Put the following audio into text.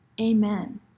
Amen